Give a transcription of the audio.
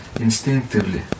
instinctively